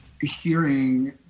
hearing